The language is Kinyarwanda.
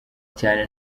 cyane